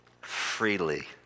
freely